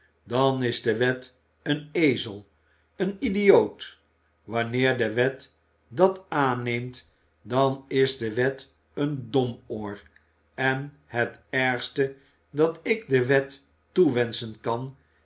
dan is de wet een ezel een idioot wanneer de wet dat aanneemt dan is de wet een domoor en het ergste dat ik de wet toewenschen kan